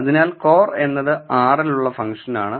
അതിനാൽ cor എന്നത് R ലുള്ള ഫംഗ്ഷനാണ്